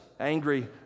angry